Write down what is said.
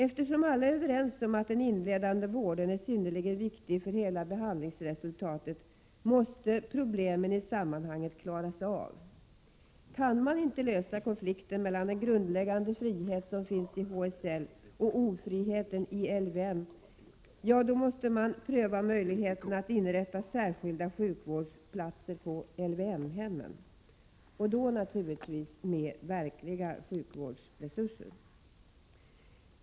Eftersom alla är överens om att den inledande vården är synnerligen viktig för hela behandlingsresultatet, måste problemen i sammanhanget klaras av. Kan man inte lösa konflikten mellan den grundläggande frihet som finns i HSL och ofriheten i LYM, måste man pröva möjligheten att inrätta särskilda sjukvårdsplatser på LYM-hemmen, som då naturligtvis skall vara försedda med verkliga sjukvårdsresurser.